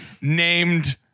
named